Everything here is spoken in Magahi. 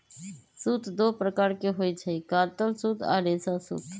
सूत दो प्रकार के होई छई, कातल सूत आ रेशा सूत